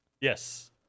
Yes